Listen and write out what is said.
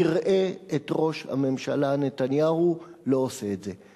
נראה את ראש הממשלה נתניהו לא עושה את זה.